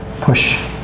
push